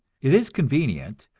it is convenient,